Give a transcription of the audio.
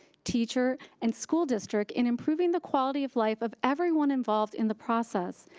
teacher, and school district in improving the quality of life of everyone involved in the process.